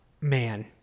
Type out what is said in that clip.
man